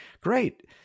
Great